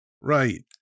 Right